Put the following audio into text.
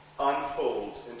Unfolds